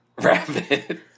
Rabbit